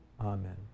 amen